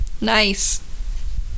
Nice